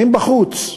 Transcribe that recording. הם בחוץ,